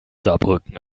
saarbrücken